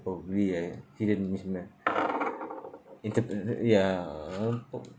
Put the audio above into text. probably like hidden inter~ th~ th~ ya pro~